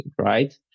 right